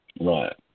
right